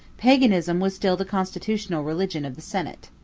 paganism was still the constitutional religion of the senate.